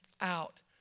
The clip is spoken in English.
out